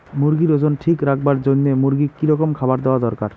মুরগির ওজন ঠিক রাখবার জইন্যে মূর্গিক কি রকম খাবার দেওয়া দরকার?